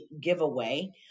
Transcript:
giveaway